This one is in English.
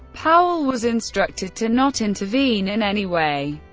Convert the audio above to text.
powell was instructed to not intervene in any way.